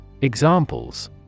Examples